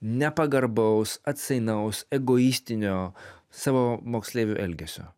nepagarbaus atsainaus egoistinio savo moksleivių elgesio